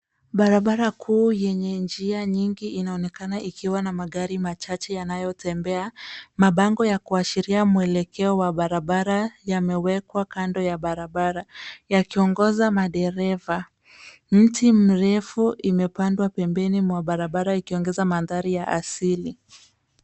Barabara kuu yenye njia nyingi inaonekana ikiwa na magari machache yanayotembea. Mabango ya kuashiria mwelekeo wa barabara yamewekwa kando ya barabara, yakiongoza madereva. Mti mrefu imepandwa pembeni mwa barabara ikiongeza mandhari ya asili.